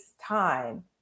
time